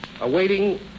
awaiting